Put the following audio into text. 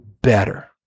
better